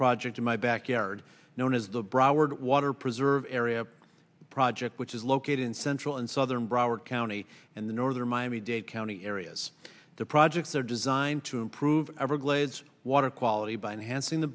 project in my backyard known as the broward water preserve area project which is located in central and southern broward county and the northern miami dade county areas the project there designed to improve everglades water quality by